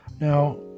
Now